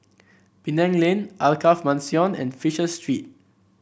Penang Lane Alkaff Mansion and Fisher Street